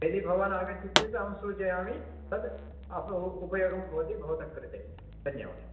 यदि भवान् आगच्छति चेत् अहं सूचयामि तद् उपयोगं भवति भवतः कृते धन्यवादः